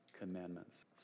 commandments